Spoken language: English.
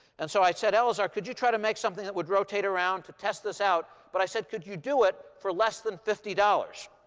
and so i said, elazer, ah could you try to make something that would rotate around to test this out? but i said, could you do it for less than fifty dollars?